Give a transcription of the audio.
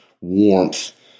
warmth